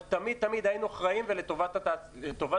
אבל תמיד תמיד היינו אחראים ולטובת החברה.